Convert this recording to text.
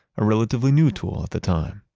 a relatively new tool at the time,